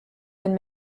been